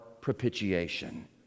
propitiation